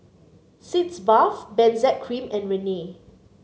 Sitz Bath Benzac Cream and Rene